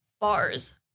bars